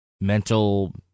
mental